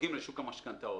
שנוגעים לשוק המשכנתאות.